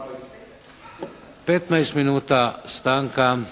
15 minuta stanka.